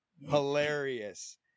hilarious